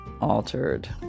altered